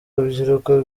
rubyiruko